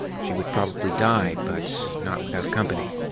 she would probably die-but but not without company.